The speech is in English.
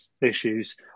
issues